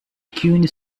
queen